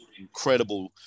incredible